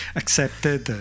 accepted